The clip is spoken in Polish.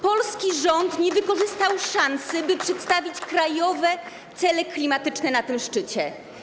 Polski rząd nie wykorzystał szansy, by przedstawić krajowe cele klimatyczne na tym szczycie.